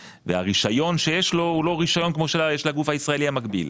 והרישיון שיש לו הוא לא רישיון כמו שיש לגוף הישראלי המקביל.